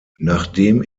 nachdem